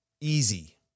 easy